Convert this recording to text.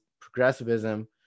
progressivism